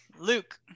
Luke